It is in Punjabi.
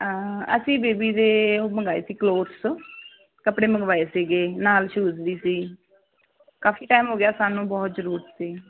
ਅਸੀਂ ਬੇਬੀ ਦੇ ਉਹ ਮੰਗਾਏ ਸੀ ਕਲੋਥਸ ਕੱਪੜੇ ਮੰਗਵਾਏ ਸੀਗੇ ਨਾਲ ਸ਼ੂਜ ਵੀ ਸੀ ਕਾਫੀ ਟਾਈਮ ਹੋ ਗਿਆ ਸਾਨੂੰ ਬਹੁਤ ਜਰੂਰਤ ਸੀ